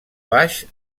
baix